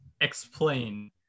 explain